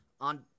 on